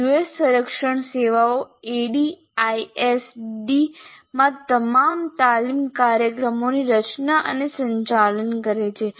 US સંરક્ષણ સેવાઓ ADDIE ISD સૂચનાત્મક સિસ્ટમ ડિઝાઇન માં તમામ તાલીમ કાર્યક્રમોની રચના અને સંચાલન કરે છે